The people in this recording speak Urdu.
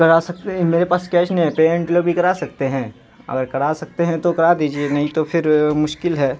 کرا سکتے ہیں میرے پاس کیش نہیں ہے پے آن ڈلیوری کرا سکتے ہیں اگر کرا سکتے ہیں تو کرا دیجیے نہیں تو پھر مشکل ہے